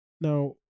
Now